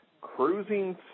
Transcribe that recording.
cruising